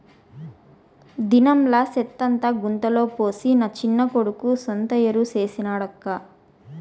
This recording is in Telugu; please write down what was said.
దినంలా సెత్తంతా గుంతల పోసి నా చిన్న కొడుకు సొంత ఎరువు చేసి నాడక్కా